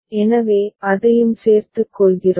எனவே அதையும் சேர்த்துக் கொள்கிறோம்